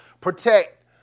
protect